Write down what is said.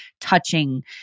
touching